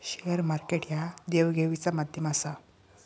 share market ह्या देवघेवीचा माध्यम आसा